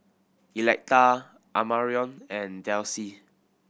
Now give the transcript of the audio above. Electa Amarion and Delcie